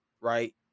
right